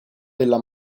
della